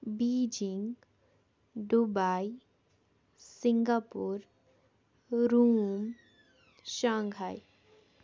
Beijing Dubai Singapore Rome Shanghai